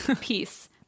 Peace